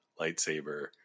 lightsaber